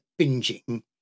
binging